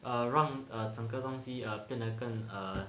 让 err 整个东西变得更 err